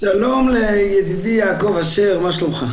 שלום לידידי יעקב אשר, מה שלומך?